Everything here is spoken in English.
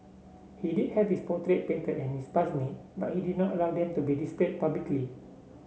he did have his portrait painted and his bust made but he did not allow them to be displayed publicly